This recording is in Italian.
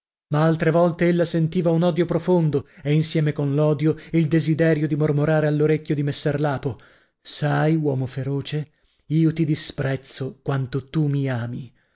ma altre volte ella sentiva un odio profondo e insieme con l'odio il desiderio di mormorare all'orecchio messer lapo sai uomo feroce io ti disprezzo quanto tu mi ami